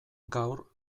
gaur